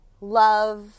love